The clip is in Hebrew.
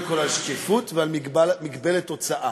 אתה רוצה שיבוא מיליונר והוא שיטה את הבחירות?